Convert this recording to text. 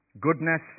Goodness